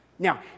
Now